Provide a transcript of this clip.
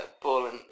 pulling